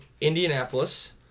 Indianapolis